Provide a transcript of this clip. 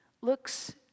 looks